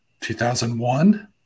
2001